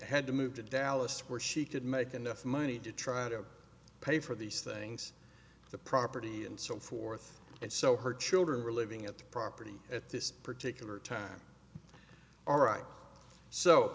had to move to dallas where she could make enough money to try to pay for these things the property and so forth and so her children were living at the property at this particular time all right so